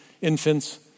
infants